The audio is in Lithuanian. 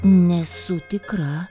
nesu tikra